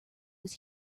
was